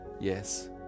yes